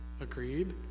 agreed